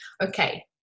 okay